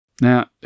Now